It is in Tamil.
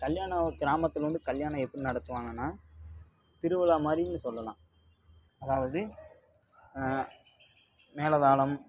கல்யாணம் கிராமத்தில் வந்து கல்யாணம் எப்படி நடத்துவாங்கன்னால் திருவிழா மாதிரின்னு சொல்லலாம் அதாவது மேளதாளம்